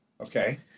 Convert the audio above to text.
Okay